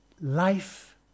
life